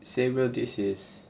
say real this is